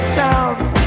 towns